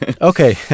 Okay